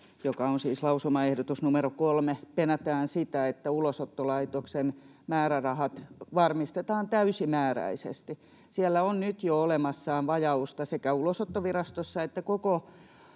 joka on siis lausumaehdotus numero 3, penätään sitä, että Ulosottolaitoksen määrärahat varmistetaan täysimääräisesti. Siellä on nyt jo olemassa vajausta sekä Ulosottovirastossa että koko